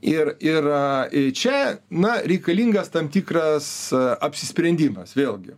ir ir ir čia na reikalingas tam tikras apsisprendimas vėlgi